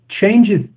changes